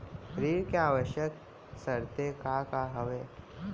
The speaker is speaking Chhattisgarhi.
ऋण के आवश्यक शर्तें का का हवे?